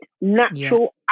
natural